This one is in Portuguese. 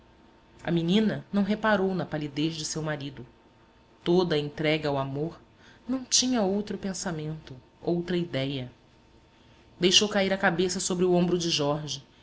a menina não reparou na palidez de seu marido toda entregue ao amor não tinha outro pensamento outra idéia deixou cair a cabeça sobre o ombro de jorge